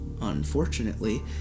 Unfortunately